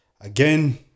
again